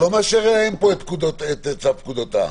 אתה לא מאשר להם פה את צו פקודת העם.